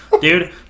Dude